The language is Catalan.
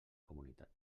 comunitat